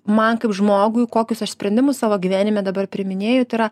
man kaip žmogui kokius aš sprendimus savo gyvenime dabar priiminėju tai yra